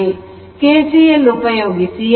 KCL ಉಪಯೋಗಿಸಿ i3 i1 i2 ಎಂದು ಬರೆಯಬಹುದು